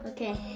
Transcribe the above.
Okay